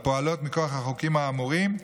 הפועלות מכוח החוקים האמורים,